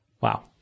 Wow